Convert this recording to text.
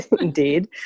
indeed